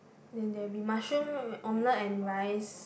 then there will be mushroom omelette and rice